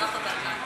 מזרח והבלקן נתקבלה.